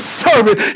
servant